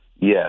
Yes